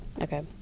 Okay